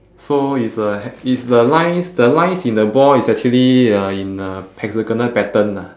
so it's a he~ it's the lines the lines in the ball is actually uh in a hexagonal pattern lah